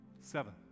Seven